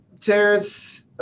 Terrence